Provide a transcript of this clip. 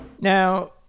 Now